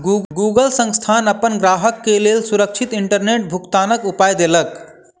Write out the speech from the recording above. Google संस्थान अपन ग्राहक के लेल सुरक्षित इंटरनेट भुगतनाक उपाय देलक